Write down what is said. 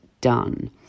done